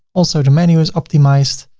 also, the menu is optimized.